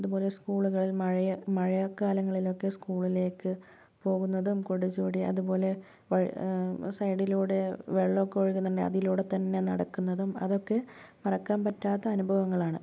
അതുപോലെ സ്കൂളുകളിൽ മഴയ മഴക്കാലങ്ങളിലൊക്കെ സ്കൂളിലേക്ക് പോകുന്നതും കുടചൂടി അതുപോലെ വഴ് സൈഡിലൂടെ വെള്ളോക്കെ ഒഴുകുന്നുണ്ട് അതിലൂടെ തന്നെ നടക്കുന്നതും അതൊക്കെ മറക്കാൻ പറ്റാത്ത അനുഭവങ്ങളാണ്